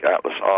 Atlas